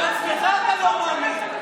לעצמך אתה לא מאמין.